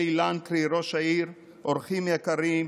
לאלי לנקרי, ראש העיר, אורחים יקרים,